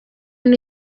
naho